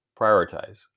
prioritize